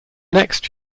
next